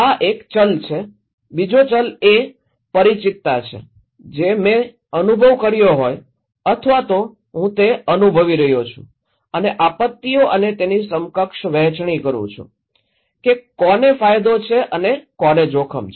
આ એક ચલ છે બીજો ચલ એ પરિચિતતા છે જે મેં તે અનુભવ કર્યો હોય અથવા તો હું તે અનુભવી રહ્યો છું અને આપત્તિઓ અને તેની સમકક્ષ વહેંચણી કરું છું કે કોને ફાયદો છે અને કોને જોખમ છે